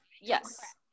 Yes